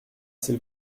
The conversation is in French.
c’est